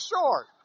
short